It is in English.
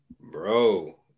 Bro